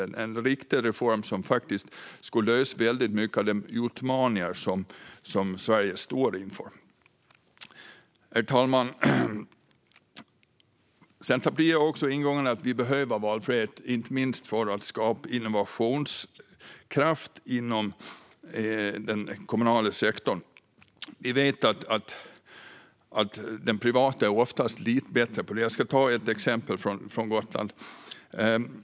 Det var en viktig reform som skulle lösa många av de utmaningar som Sverige står inför. Herr talman! Centerpartiet har också ingången att vi behöver valfrihet, inte minst för att skapa innovationskraft inom den kommunala sektorn. Vi vet att den privata sektorn oftast är lite bättre på det. Jag ska ta ett exempel från Gotland.